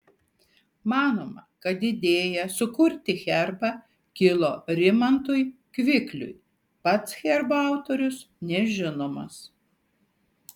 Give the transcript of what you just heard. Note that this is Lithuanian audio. manoma kad idėja sukurti herbą kilo rimantui kvikliui pats herbo autorius nežinomas